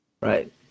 right